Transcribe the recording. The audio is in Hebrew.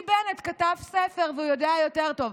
כי בנט כתב ספר, והוא יודע יותר טוב.